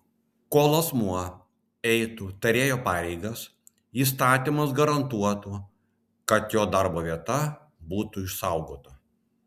kol asmuo eitų tarėjo pareigas įstatymas garantuotų kad jo darbo vieta būtų išsaugota